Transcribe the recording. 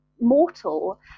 mortal